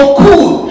cool